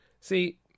see